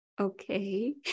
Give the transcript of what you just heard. Okay